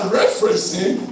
referencing